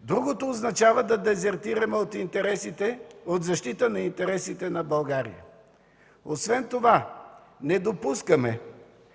Другото означава да дезертираме от защита на интересите на България. Освен това